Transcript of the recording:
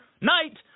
night